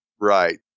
Right